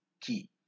key